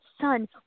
son